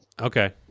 okay